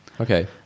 Okay